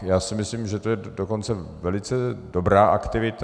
Já si myslím, že to je dokonce velice dobrá aktivita.